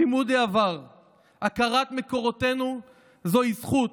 לימוד העבר והכרת מקורותינו הם זכות,